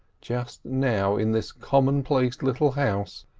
just now in this commonplace little house,